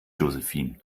josephine